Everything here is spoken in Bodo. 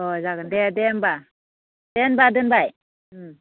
अह जागोन दे दे होमबा दे होमबा दोनबाय उम